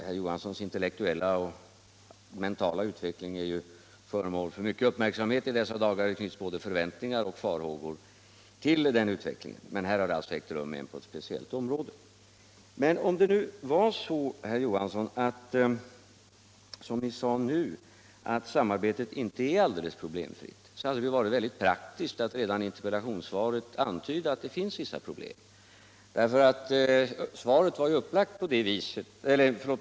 Herr Johanssons intellektuella och mentala utveckling är ju föremål för mycken uppmärksamhet i dessa dagar — men här har alltså en utveckling ägt rum inom ett speciellt område. veckling ägt rum inom ett speciellt område. Men om det är så som herr Johansson sade nu, att samarbetet inte är alldeles problemfritt, hade det ju varit praktiskt att redan i interpellationssvaret antyda att det finns vissa problem.